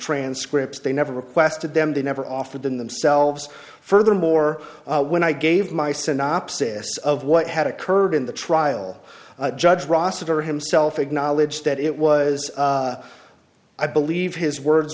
transcripts they never requested them they never offered them themselves furthermore when i gave my synopsis of what had occurred in the trial judge rossiter himself acknowledged that it was i believe his words